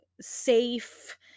safe